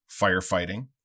firefighting